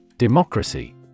Democracy